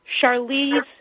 Charlize